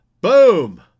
Boom